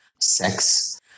sex